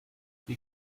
hier